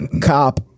cop